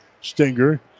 Stinger